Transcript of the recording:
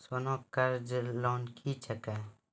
सोना कर्ज लोन क्या हैं?